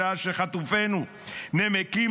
בשעה שחטופינו נמקים,